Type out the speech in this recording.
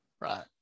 Right